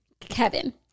Kevin